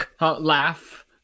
laugh